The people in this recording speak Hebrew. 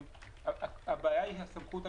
הבעיה היא הסמכות המשפטית.